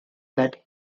that